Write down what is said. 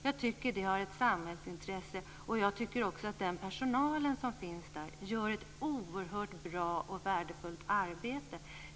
Jag tycker att en sådan är av ett samhällsintresse, och jag tycker också att den personal som finns där utför ett oerhört bra och värdefullt arbete.